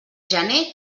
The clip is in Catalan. gener